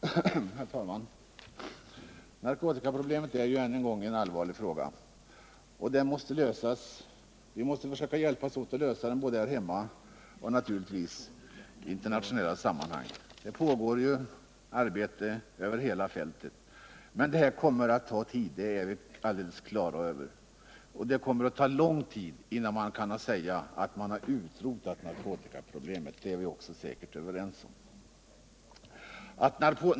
Herr talman! Narkotikaproblemet är en allvarlig fråga och vi måste försöka hjälpas åt att lösa den både här hemma och naturligtvis i internationella sammanhang. Det pågår ett arbete över hela fältet, men detta kommer att ta tid, det har vi klart för oss. Och det kommer att ta lång tid innan man kan säga att man har utrotat narkotikaproblemet, det är vi också säkert överens om.